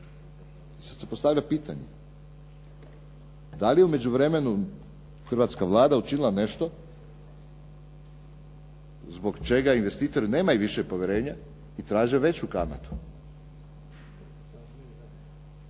Sad se postavlja pitanje da li je u međuvremenu hrvatska Vlada učinila nešto zbog čega investitori nemaju više povjerenja i traže veću kamatu.